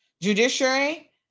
judiciary